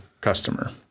customer